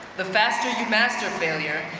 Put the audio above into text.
the faster you mastered failure,